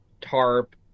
TARP